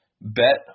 Bet